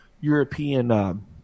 European